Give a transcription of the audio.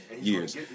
years